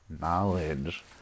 knowledge